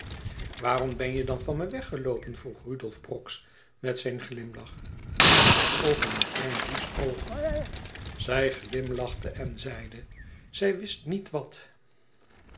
waarom ben je van me weggeloopen vroeg rudolf brox met zijn glimlach en zijn oogen in cornélie's oogen zij glimlachte en zeide zij wist niet wat